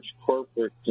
corporate